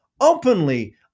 openly